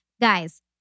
guys